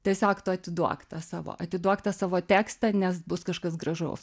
tiesiog tu atiduok tą savo atiduok tą savo tekstą nes bus kažkas gražaus